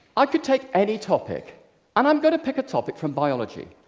i could take any topic and i'm gonna pick a topic from biology.